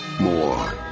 more